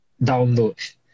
download